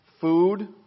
Food